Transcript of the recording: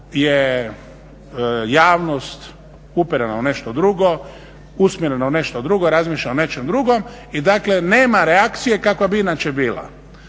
je javnost uperena u nešto drugo, usmjerena u nešto drugo, razmišlja o nečem drugom. I dakle nema reakcije kakva bi inače bila.